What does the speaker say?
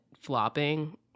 flopping